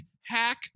hack